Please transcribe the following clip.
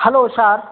hello sir